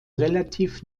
relativ